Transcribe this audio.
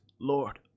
Lord